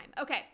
Okay